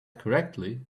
correctly